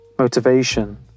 Motivation